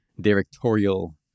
directorial